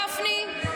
גפני?